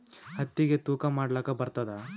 ಹತ್ತಿಗಿ ತೂಕಾ ಮಾಡಲಾಕ ಬರತ್ತಾದಾ?